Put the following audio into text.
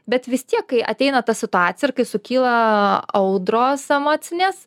bet vis tiek kai ateina ta situacija ir kai sukyla audros emocinės